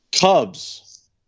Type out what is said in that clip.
Cubs